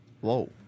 Whoa